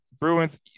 Bruins